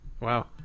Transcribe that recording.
Wow